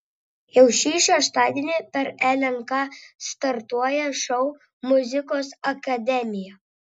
jau šį šeštadienį per lnk startuoja šou muzikos akademija